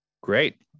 Great